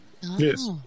Yes